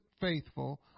faithful